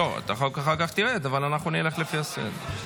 לא, אחר כך תרד, אבל אנחנו נלך לפי הסדר.